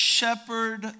Shepherd